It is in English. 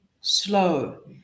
slow